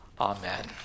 Amen